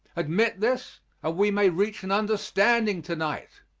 admit this, and we may reach an understanding to-night.